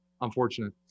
unfortunate